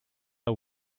are